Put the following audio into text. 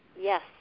Yes